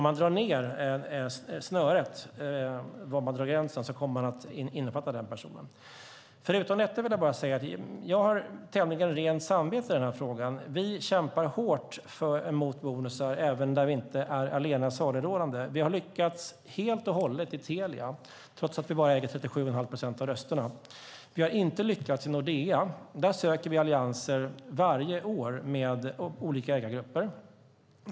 Om man drar ned snöret för var man drar gränsen kommer man att innefatta den personen. Förutom detta vill jag säga att jag har tämligen rent samvete i den här frågan. Vi kämpar hårt mot bonusar även där vi inte är allena saligrådande. Vi har hittills lyckats helt och hållet i Telia, trots att vi bara äger 37 1⁄2 procent av rösterna. Vi har inte lyckats i Nordea. Där söker vi allianser varje år med olika ägargrupper.